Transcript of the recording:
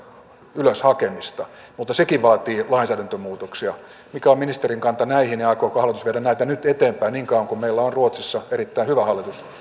ylös hakemista mutta sekin vaatii lainsäädäntömuutoksia mikä on ministerin kanta näihin ja aikooko hallitus viedä näitä nyt eteenpäin niin kauan kuin meillä on ruotsissa erittäin hyvä hallitus